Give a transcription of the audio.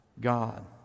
God